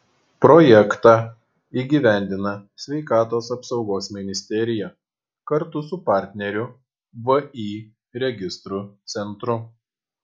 projektą įgyvendina sveikatos apsaugos ministerija kartu su partneriu vį registrų centru